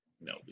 No